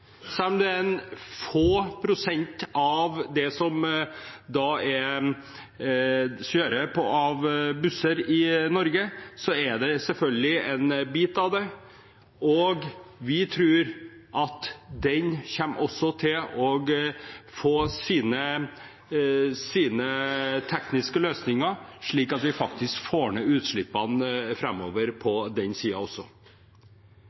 er få prosent ekspressbusser blant det som kjøres av busser i Norge, er det selvfølgelig noe. Vi tror at de også kommer til å få sine tekniske løsninger, slik at vi framover faktisk får ned utslippene på den siden også.